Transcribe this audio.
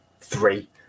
three